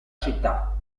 città